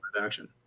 action